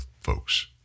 folks